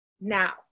now